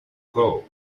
goal